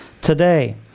today